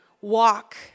walk